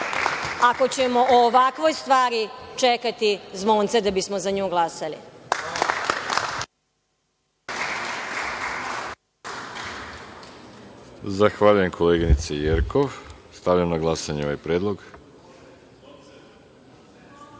ako ćemo o ovakvoj stvari čekati zvonce da bismo za nju glasali.